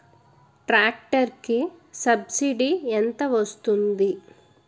Tractor కి subsidy ఎంత వస్తుంది?